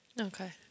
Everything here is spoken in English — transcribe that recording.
okay